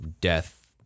death